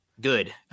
good